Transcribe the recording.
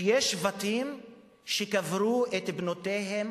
שהיו שבטים שקברו את בנותיהן